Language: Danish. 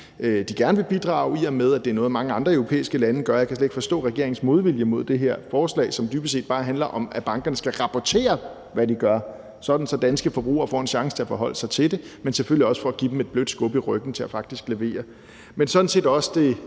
den gerne vil bidrage, og i og med at det er noget, mange andre europæiske lande gør – jeg kan slet ikke forstå regeringens modvilje mod det her forslag, som dybest set bare handler om, at bankerne skal rapportere, hvad de gør, sådan at danske forbrugere får en chance for at forholde sig til det, men det er selvfølgelig også for at give dem et blødt skub i ryggen til faktisk at levere – men sådan set også det